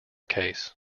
case